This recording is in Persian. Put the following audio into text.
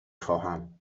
خواهم